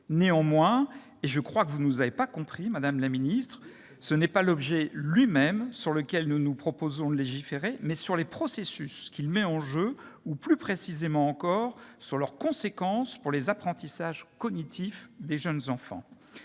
Néanmoins, et je crois que vous ne nous avez pas compris, madame la secrétaire d'État, ce n'est pas sur l'objet lui-même que nous nous proposons de légiférer, mais sur les processus qu'il met en jeu ou, plus précisément encore, sur leurs conséquences pour les apprentissages cognitifs des jeunes enfants.